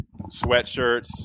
sweatshirts